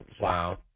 Wow